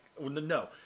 No